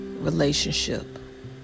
relationship